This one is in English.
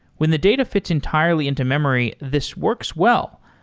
when the data fits entirely into memory, this works well,